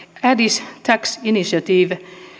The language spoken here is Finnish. addis tax initiative